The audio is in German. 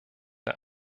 der